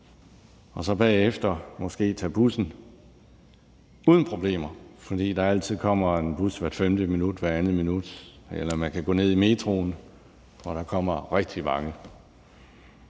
og så bagefter måske tage bussen uden problemer, fordi der altid kommer en bus hvert femte minut, andet minut, eller man kan gå ned i metroen, hvor der kommer rigtig mange